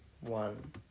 one